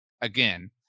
again